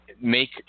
make